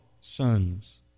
sons